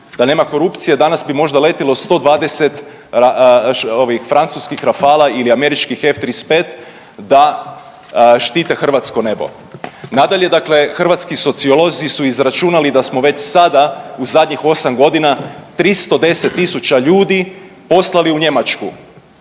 Da nema korupcije danas bi možda letilo 120 ovih francuskih Rafala ili američkih F35 da štite hrvatsko nebo. Nadalje, dakle hrvatski sociolozi su izračunali da smo već sada u zadnjih 8 godina 310.000 ljudi poslali u Njemačku.